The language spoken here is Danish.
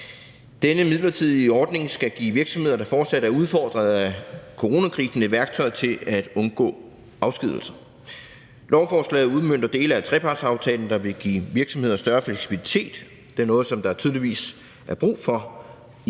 Denne midlertidige ordning skal give virksomheder, der fortsat er udfordret af coronakrisen, værktøjer til at undgå afskedigelser. Lovforslaget udmønter dele af trepartsaftalen, der vil give virksomheder større fleksibilitet. Det er noget, som der tydeligvis er brug for